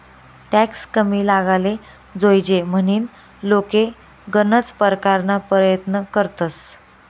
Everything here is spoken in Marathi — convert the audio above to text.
टॅक्स कमी लागाले जोयजे म्हनीन लोके गनज परकारना परयत्न करतंस